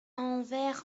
anvers